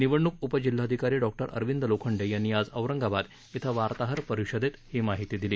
निवडणुक उपजिल्हाधिकारी डॉक्टर अरविंद लोखंडे यांनी आज औरंगाबाद इथं वार्ताहर परिषदेत ही माहिती दिली